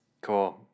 cool